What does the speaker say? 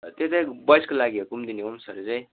त्यो चाहिँ बोइजको लागि हो कुमुदिनी होम्सहरू चाहिँ